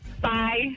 Bye